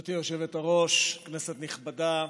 גברתי היושבת-ראש, כנסת נכבדה,